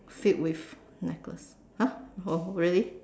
filled with necklace !huh! oh really